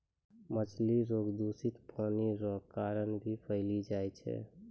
मछली रोग दूषित पानी रो कारण भी फैली जाय छै